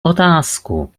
otázku